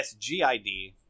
SGID